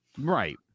Right